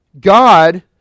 God